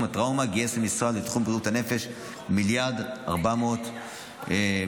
הטראומה גייס המשרד לתחום בריאות הנפש 1.4 מיליארד ש"ח,